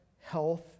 health